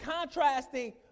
contrasting